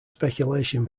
speculation